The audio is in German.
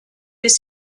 bis